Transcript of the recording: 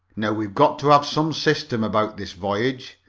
now we've got to have some system about this voyage,